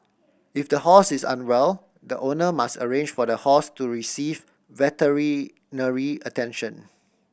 if the horse is unwell the owner must arrange for the horse to receive veterinary attention